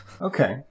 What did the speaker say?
Okay